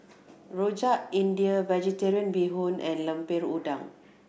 Rojak India Vegetarian Bee Hoon and Lemper Udang